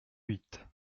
huit